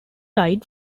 died